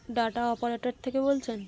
data operator থেকে বলছেন